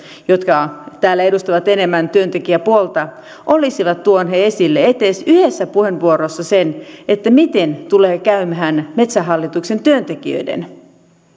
jotka täällä edustavat enemmän työntekijäpuolta olisivat tuoneet esille edes yhdessä puheenvuorossa sen miten tulee käymään metsähallituksen työntekijöiden